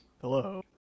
Hello